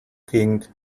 king